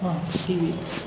TV